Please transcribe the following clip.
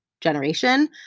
generation